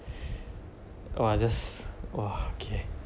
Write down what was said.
this !wah! just !wah! okay